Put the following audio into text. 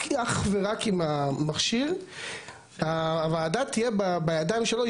אך ורק אם הוועדה תהיה בידיים שלו,